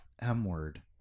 M-word